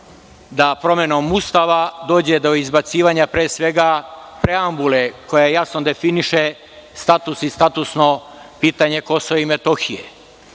da promenom Ustava dođe do izbacivanja, pre svega, preambule koja jasno definiše status i statusno pitanje KiM. Nije